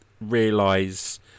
realize